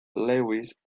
lewis